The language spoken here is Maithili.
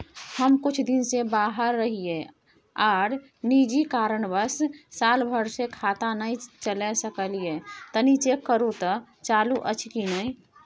हम कुछ दिन से बाहर रहिये आर निजी कारणवश साल भर से खाता नय चले सकलियै तनि चेक करू त चालू अछि कि नय?